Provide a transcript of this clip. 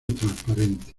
transparente